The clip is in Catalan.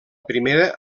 primera